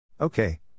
Okay